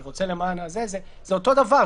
זה אותו דבר,